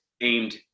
aimed